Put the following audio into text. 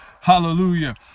Hallelujah